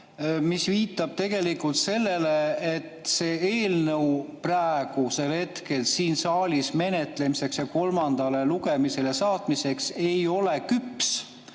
See viitab tegelikult sellele, et see eelnõu praegu siin saalis menetlemiseks ja kolmandale lugemisele saatmiseks ei ole küps.